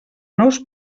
nous